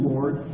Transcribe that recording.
Lord